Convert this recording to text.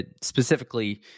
specifically